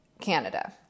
Canada